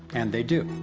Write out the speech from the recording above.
and they do!